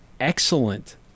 excellent